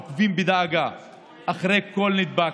שאנחנו עוקבים בדאגה אחרי כל נדבק,